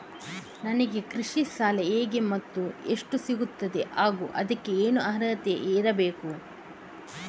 ನನಗೆ ಕೃಷಿ ಸಾಲ ಹೇಗೆ ಮತ್ತು ಎಷ್ಟು ಸಿಗುತ್ತದೆ ಹಾಗೂ ಅದಕ್ಕೆ ಏನು ಅರ್ಹತೆ ಇರಬೇಕು?